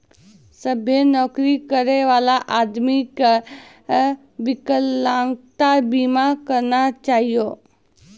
सभ्भे नौकरी करै बला आदमी के बिकलांगता बीमा करना चाहियो